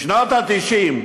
בשנות ה-90,